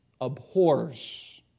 abhors